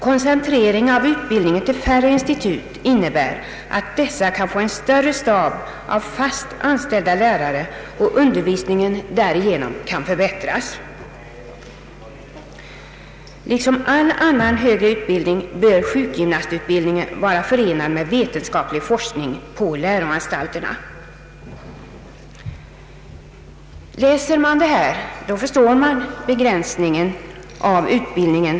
Koncentrering av utbildningen till färre institut innebär, att dessa kan få större stab av fast anställda lärare och undervisningen därigenom kan förbättras. Liksom all annan högre utbildning bör sjukgymnastutbildningen vara förenad med vetenskaplig forskning på läroanstalterna.” Läser man detta förstår man begränsningen av utbildningen.